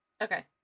Okay